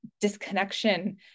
disconnection